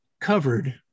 covered